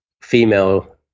female